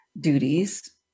duties